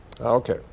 Okay